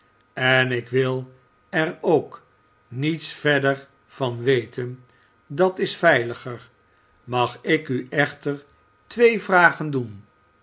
en ik wil er ook niets verder van weten dat is veiliger mag ik u echter twee vragen doen